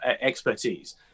expertise